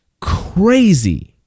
Crazy